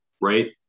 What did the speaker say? right